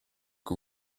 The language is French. que